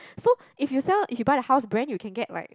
so if you sell you buy the house brands you can get like